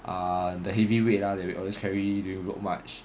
ah the heavy weight lah that we will always carry during road march